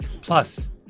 Plus